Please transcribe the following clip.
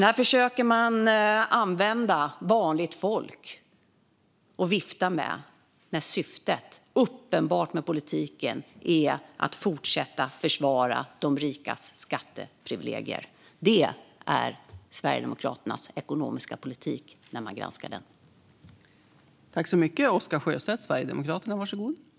Här försöker man att använda vanligt folk att vifta med när syftet med politiken uppenbart är att fortsätta att försvara de rikas skatteprivilegier. Det är Sverigedemokraternas ekonomiska politik när man granskar den.